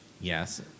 Yes